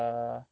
mmhmm